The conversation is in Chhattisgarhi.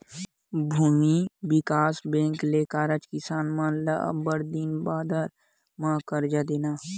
भूमि बिकास बेंक के कारज किसान मन ल अब्बड़ दिन बादर म करजा देना